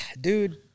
Dude